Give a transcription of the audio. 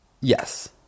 yes